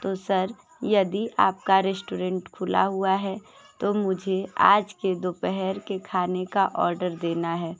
तो सर यदि आपका रेस्टोरेंट खुला हुआ है तो मुझे आज के दोपहर के खाने का ऑर्डर देना है